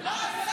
די.